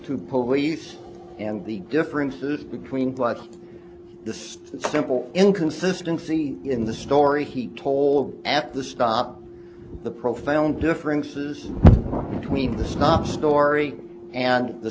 to police and the differences between blast this simple inconsistency in the story he told at the stop the profound differences between the snob story and the